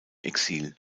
exil